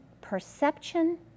perception